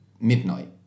midnight